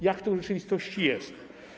Jak to w rzeczywistości jest?